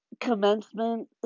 commencement